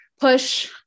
push